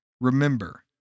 Remember